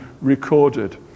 recorded